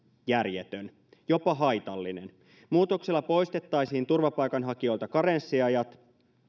järjetön jopa haitallinen muutoksella poistettaisiin turvapaikanhakijoilta karenssiajat